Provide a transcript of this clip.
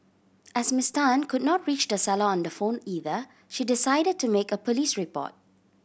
as Miss Tan could not reach the seller on the phone either she decided to make a police report